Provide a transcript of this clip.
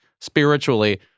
spiritually